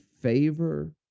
favor